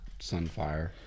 Sunfire